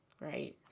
right